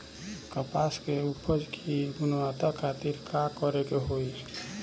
कपास के उपज की गुणवत्ता खातिर का करेके होई?